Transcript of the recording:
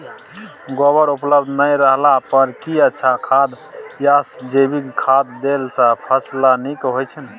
गोबर उपलब्ध नय रहला पर की अच्छा खाद याषजैविक खाद देला सॅ फस ल नीक होय छै?